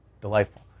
Delightful